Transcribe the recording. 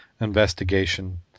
investigation